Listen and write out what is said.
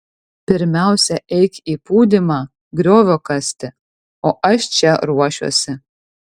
pirmiausia eik į pūdymą griovio kasti o aš čia ruošiuosi